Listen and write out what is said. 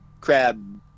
crab